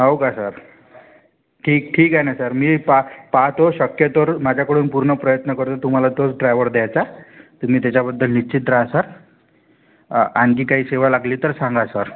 हो का सर ठीक ठीक आहे ना सर मी पा पाहतो शक्यतोवर माझ्याकडून पूर्ण प्रयत्न करून तुम्हाला तोच ड्रायवर द्यायचा तुम्ही त्याच्याबद्दल निश्चिन्त रहा सर आणखी काही सेवा लागली तर सांगा सर